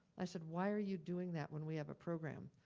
i said, why are you doing that when we have a program?